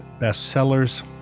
bestsellers